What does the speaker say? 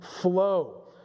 flow